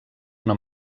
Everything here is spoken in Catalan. una